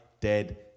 dead